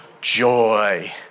Joy